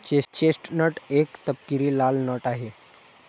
chestnut एक तपकिरी लाल नट आहे